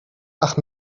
ach